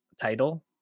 title